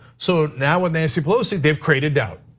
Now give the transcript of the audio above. so now with nancy pelosi, they've created doubt,